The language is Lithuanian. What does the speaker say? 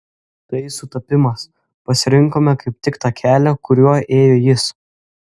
tai sutapimas pasirinkome kaip tik tą kelią kuriuo ėjo jis